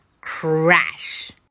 Crash